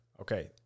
Okay